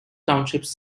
townships